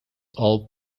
all